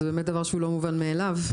זה לא מובן מאליו.